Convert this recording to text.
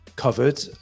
covered